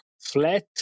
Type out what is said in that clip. flat